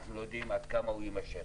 ואנחנו לא יודעים עד כמה הוא יימשך,